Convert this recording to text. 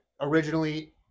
originally